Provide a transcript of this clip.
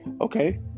okay